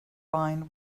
wine